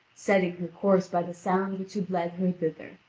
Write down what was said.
setting her course by the sound which had led her thither.